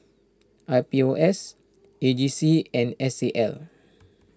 I P O S A G C and S A L